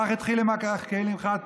כך זה התחיל עם הכלים החד-פעמיים,